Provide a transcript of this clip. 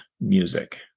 music